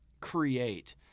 create